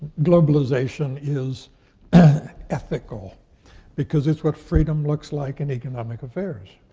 globalization is ethical because it's what freedom looks like in economic affairs.